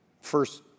First